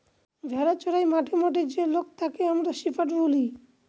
ভেড়া চোরাই মাঠে মাঠে যে লোক তাকে আমরা শেপার্ড বলি